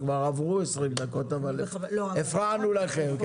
עברו 20 דקות אבל הפרענו לכם.